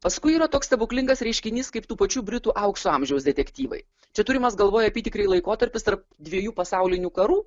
paskui yra toks stebuklingas reiškinys kaip tų pačių britų aukso amžiaus detektyvai čia turimas galvoje apytikriai laikotarpis tarp dviejų pasaulinių karų